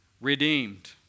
Redeemed